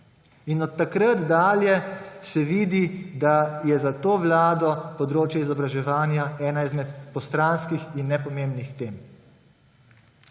Od takrat dalje se vidi, da je za to vlado področje izobraževanja ena izmed postranskih in nepomembnih tem